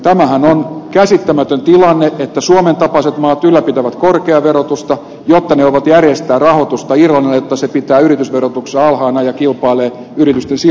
tämähän on käsittämätön tilanne että suomen tapaiset maat ylläpitävät korkeaa verotusta jotta ne voivat järjestää rahoitusta irlannille jotta se pitää yritysverotuksensa alhaisena ja kilpailee yritysten sijaintipaikasta